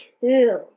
two